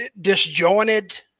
disjointed